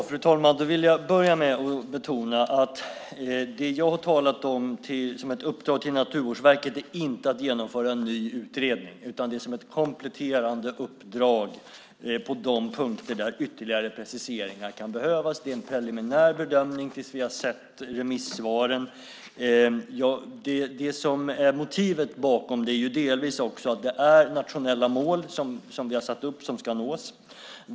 Fru talman! Jag vill börja med att betona att det jag talat om som ett uppdrag till Naturvårdsverket inte innebär att det ska genomföras en ny utredning. Det är ett kompletterande uppdrag på de punkter där ytterligare preciseringar kan behövas. Det är en preliminär bedömning tills vi har sett remissvaren. Motivet bakom är delvis de nationella mål som vi har satt upp som ska nås.